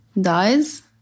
dies